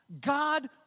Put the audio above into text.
God